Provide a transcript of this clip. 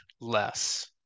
less